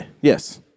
yes